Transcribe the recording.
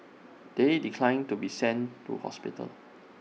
they declined to be sent to hospital